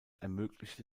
ermöglichte